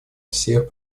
всех